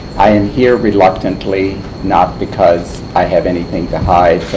i am here reluctantly. not because i have anything to hide,